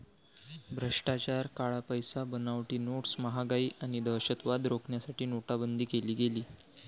भ्रष्टाचार, काळा पैसा, बनावटी नोट्स, महागाई आणि दहशतवाद रोखण्यासाठी नोटाबंदी केली गेली